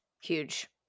Huge